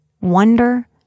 wonder